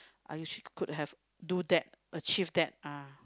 I wish could have do that achieve that ah